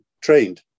trained